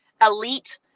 elite